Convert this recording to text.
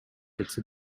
кетсе